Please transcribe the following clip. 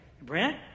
Brent